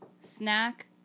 snack